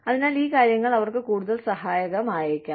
അതിനാൽ ഈ കാര്യങ്ങൾ അവർക്ക് കൂടുതൽ സഹായകമായേക്കാം